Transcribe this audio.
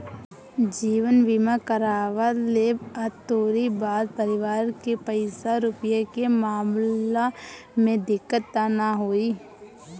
जीवन बीमा करवा लेबअ त तोहरी बाद परिवार के पईसा रूपया के मामला में दिक्कत तअ नाइ होई